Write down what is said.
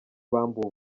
bambuwe